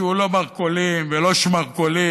שהוא לא מרכולים ולא שמרכולים,